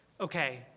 okay